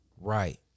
right